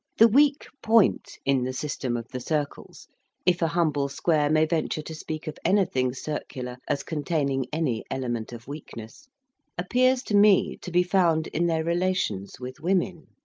the weak point in the system of the circles if a humble square may venture to speak of anything circular as containing any element of weak ness appears to me to be found in their relations with women.